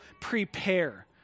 prepare